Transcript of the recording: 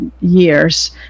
years